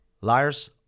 Liars